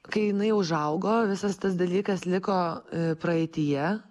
kai jinai užaugo visas tas dalykas liko praeityje